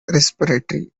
respiratory